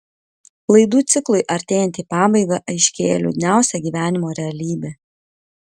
laidų ciklui artėjant į pabaigą aiškėja liūdniausia gyvenimo realybė